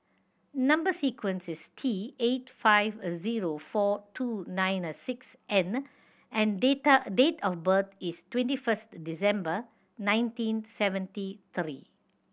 number sequence is T eight five a zero four two nine and six N and data date of birth is twenty first December nineteen seventy three